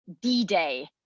D-Day